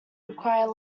require